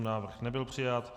Návrh nebyl přijat.